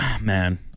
man